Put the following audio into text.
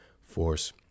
force